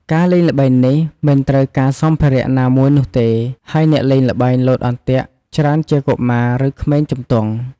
ការលេងល្បែងនេះមិនត្រូវការសម្ភារៈណាមួយនោះទេ ហើយអ្នកលេងល្បែងលោតអន្ទាក់ច្រើនជាកុមារឬក្មេងជំទង់។